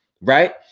right